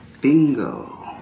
bingo